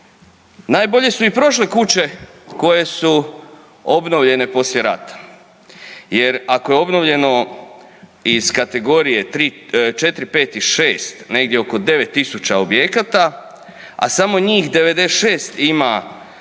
najbolje su i prošle kuće koje su obnovljene poslije rata jer ako je obnovljeno iz kategorije III, IV, V i VI, negdje oko 9000 objekata a samo njih 96 ima